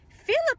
Philip